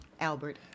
Albert